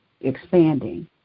expanding